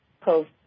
post